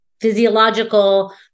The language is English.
physiological